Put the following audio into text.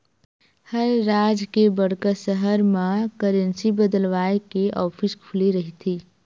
हर राज के बड़का सहर म करेंसी बदलवाय के ऑफिस खुले रहिथे